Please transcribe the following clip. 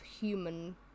human